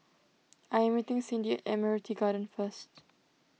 I am meeting Cyndi at Admiralty Garden first